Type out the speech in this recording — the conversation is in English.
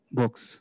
books